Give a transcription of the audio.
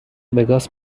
وگاس